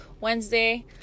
Wednesday